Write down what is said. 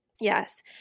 Yes